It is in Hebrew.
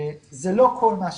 זה לא כל מה שקרה.